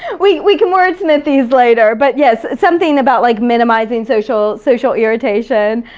we we can wordsmith these later, but, yes, something about like minimizing social social irritation.